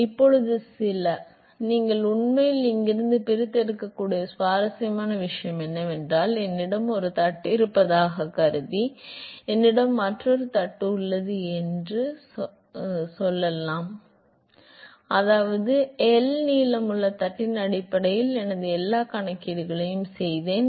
இப்போது சிலநீங்கள்உண்மையில்இங்கிருந்துபிரித்தெடுக்கக்கூடிய சுவாரஸ்யமான விஷயம் என்னவென்றால் என்னிடம் ஒரு தட்டு இருப்பதாகக் கருதி என்னிடம் மற்றொரு தட்டு உள்ளது என்று சொல்லலாம் அதாவது எல் நீளமுள்ள தட்டின் அடிப்படையில் எனது எல்லா கணக்கீடுகளையும் செய்தேன்